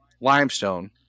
limestone